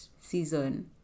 season